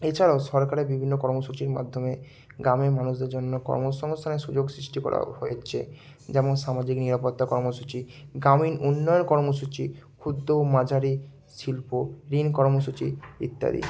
এছাড়াও সরকারের বিভিন্ন কর্মসূচির মাধ্যমে গ্রামের মানুষদের জন্য কর্মসংস্থানের সুযোগ সৃষ্টি করা হয়েছে যেমন সামাজিক নিরাপত্তা কর্মসূচি গ্রামীণ উন্নয়ন কর্মসূচি ক্ষুদ্র ও মাঝারি শিল্প ঋণ কর্মসূচি ইত্যাদি